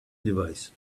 device